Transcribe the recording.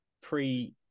pre